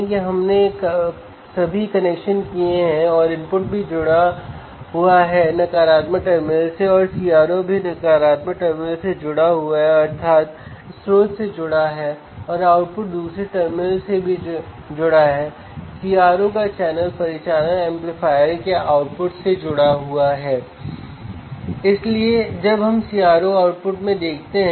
और एक बार जब वह इसे जोड़ता है तो हम ऑसिलोस्कोप पर इंस्ट्रूमेंटेशन एम्पलीफायर के आउटपुट को देख सकते हैं